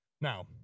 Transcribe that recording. Now